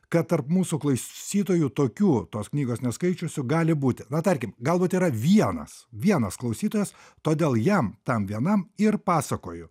kad tarp mūsų klasytojų tokių tos knygos neskaičiusių gali būti na tarkim galbūt yra vienas vienas klausytojas todėl jam tam vienam ir pasakoju